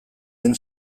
den